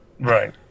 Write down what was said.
Right